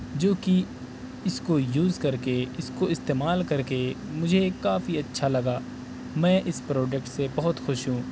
جوکہ اس کو یوز کر کے اس کو استعمال کر کے مجھے کافی اچھا لگا میں اس پروڈکٹ سے بہت خوش ہوں